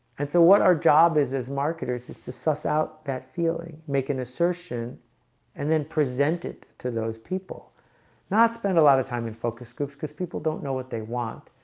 and so what our job is as marketers is to suss out that feeling make an assertion and then present it to those people not spend a lot of time in focus groups because people don't know what they want.